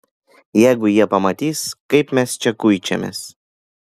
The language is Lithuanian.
jeigu jie pamatys kaip mes čia kuičiamės